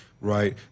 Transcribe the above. right